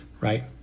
right